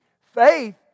Faith